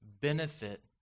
benefit